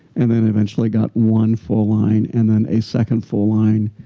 and then eventually got one full line. and then a second full line.